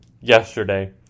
yesterday